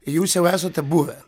jūs jau esate buvę